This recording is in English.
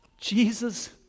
Jesus